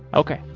okay.